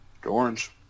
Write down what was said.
Orange